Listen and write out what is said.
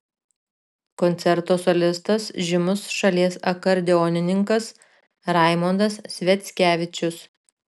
koncerto solistas žymus šalies akordeonininkas raimondas sviackevičius